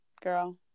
girl